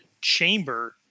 chamber